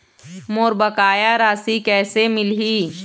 मोर बकाया राशि कैसे मिलही?